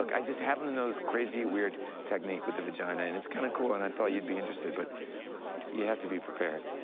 like i just happen to know this crazy, weird technique with the vagina. and it's kind of cool, and i thought you'd be interested. but you have to be prepared.